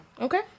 Okay